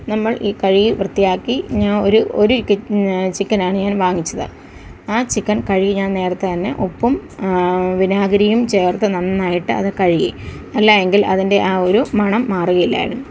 നമ്മൾ ഈ കഴുകി വൃത്തിയാക്കി ഞാൻ ഒരു ഒരു ചിക്കൻ ആണ് ഞാൻ വാങ്ങിച്ചത് ആ ചിക്കൻ കഴുകി ഞാൻ നേരത്തെ തന്നെ ഉപ്പും വിനാഗിരിയും ചേർത്ത് നന്നായിട്ട് അത് കഴുകി അല്ലാ എങ്കിൽ അതിൻ്റെ ആ ഒരു മണം മാറുകില്ലായിരുന്നു